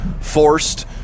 forced